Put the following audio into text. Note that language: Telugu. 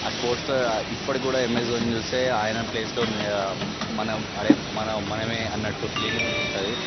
ఆ స్పోర్ట్స్ ఇప్పటి కూడా ఎంఎస్ ధోని చూస్తే ఆయన ప్లేస్లో మనం అదే మనం మనమే అన్నట్టు